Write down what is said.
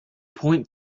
point